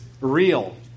real